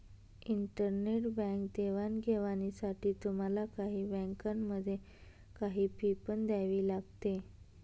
internet bank देवाणघेवाणीसाठी तुम्हाला काही बँकांमध्ये, काही फी पण द्यावी लागते